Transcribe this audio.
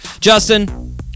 Justin